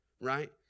right